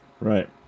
right